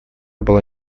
была